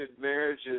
marriages